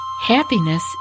Happiness